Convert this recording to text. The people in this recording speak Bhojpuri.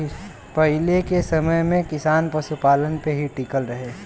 पहिले के समय में किसान पशुपालन पे ही टिकल रहे